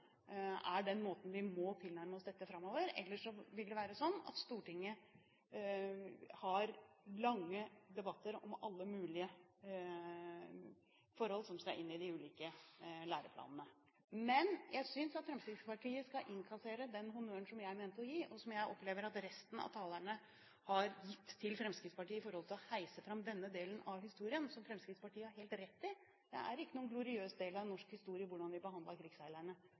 er den måten vi må tilnærme oss dette på framover. Ellers vil det være sånn at Stortinget har lange debatter om alle mulige forhold som skal inn i de ulike læreplanene. Men jeg synes at Fremskrittspartiet skal innkassere den honnøren som jeg mente å gi, og som jeg opplever at resten av talerne har gitt til Fremskrittspartiet i forhold til å heise fram denne delen av historien, der Fremskrittspartiet har helt rett: Det er ikke noen gloriøs del av norsk historie hvordan vi